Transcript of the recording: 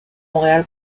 montréal